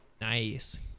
Nice